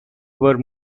were